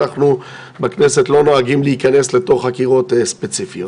אנחנו בכנסת לא נוהגים להיכנס לתוך חקירות ספציפיות,